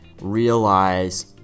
realize